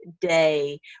day